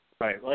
Right